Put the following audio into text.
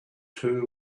two